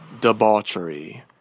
debauchery